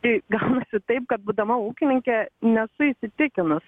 i gaunasi taip kad būdama ūkininke nesu įsitikinus